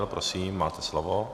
Prosím máte slovo.